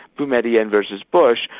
boumediene versus bush,